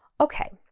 Okay